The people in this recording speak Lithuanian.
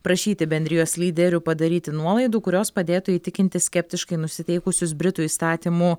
prašyti bendrijos lyderių padaryti nuolaidų kurios padėtų įtikinti skeptiškai nusiteikusius britų įstatymų